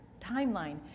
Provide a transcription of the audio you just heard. timeline